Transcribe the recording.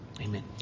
Amen